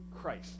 Christ